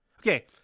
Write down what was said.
Okay